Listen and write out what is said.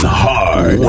hard